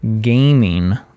gaming